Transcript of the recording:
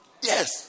yes